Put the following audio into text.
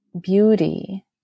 beauty